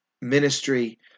ministry